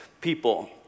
people